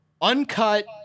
Uncut